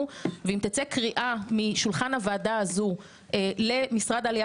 ואם תצא קריאה משולחן הוועדה הזו למשרד העלייה